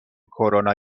کرونا